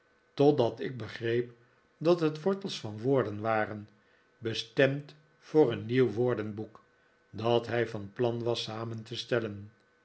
totdat ik begreep dat het wortels van woorden waren bestemd voor een nieuw woordenboek dat hij van plan was samen te stellen